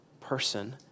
person